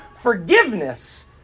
forgiveness